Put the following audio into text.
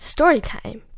Storytime